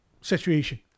situation